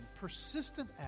persistent